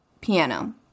piano